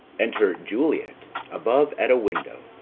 enter juliet above at a window.